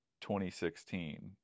2016